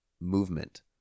movement